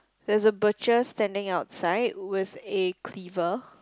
there's a butcher standing outside with a cleaver